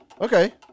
Okay